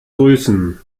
grüßen